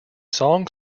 song